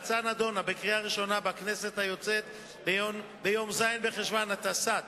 ההצעה נדונה בקריאה הראשונה בכנסת היוצאת ביום ז' בחשוון התשס"ט,